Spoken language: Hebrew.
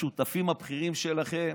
השותפים הבכירים שלכם